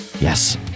Yes